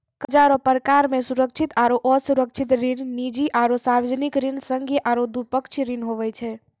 कर्जा रो परकार मे सुरक्षित आरो असुरक्षित ऋण, निजी आरो सार्बजनिक ऋण, संघीय आरू द्विपक्षीय ऋण हुवै छै